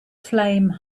flame